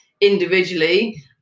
individually